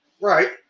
Right